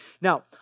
Now